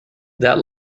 that